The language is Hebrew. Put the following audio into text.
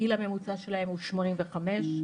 הגיל הממוצע שלהם הוא שמונים וחמש.